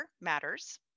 matters